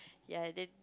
ya then